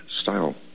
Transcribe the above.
style